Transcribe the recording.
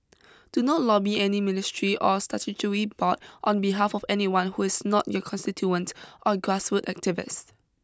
do not lobby any ministry or statutory board on behalf of anyone who is not your constituent or grassroots activist